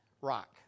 rock